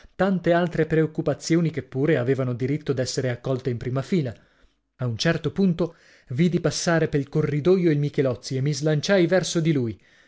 tante altre preoccupazioni che pure avevano diritto d'essere accolte in prima fila a un certo punto vidi passare pel corridoio il michelozzi e mi slanciai verso di lui